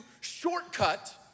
shortcut